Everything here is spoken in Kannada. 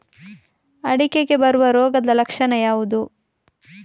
ಅಡಿಕೆಗೆ ಬರುವ ರೋಗದ ಲಕ್ಷಣ ಯಾವುದು?